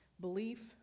Belief